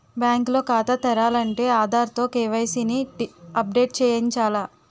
bank లో ఖాతా తెరాలంటే ఆధార్ తో కే.వై.సి ని అప్ డేట్ చేయించాల